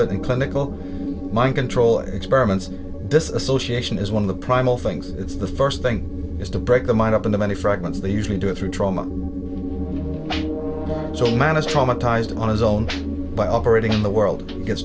that in clinical mind control experiments the association is one of the primal things it's the first thing is to break the mind up into many fragments they usually do it through trauma so man is traumatized on his own by operating in the world gets